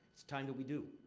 it's time that we do.